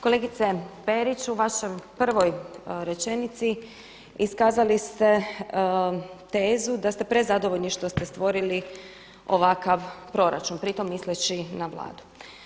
Kolegice Perić u vašoj prvoj rečenici iskazali ste tezu da ste prezadovoljni što ste stvorili ovakav proračun pritom misleći na Vladu.